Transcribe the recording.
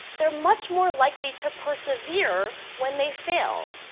they're much more likely to persevere when they fail,